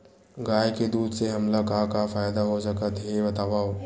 गाय के दूध से हमला का का फ़ायदा हो सकत हे बतावव?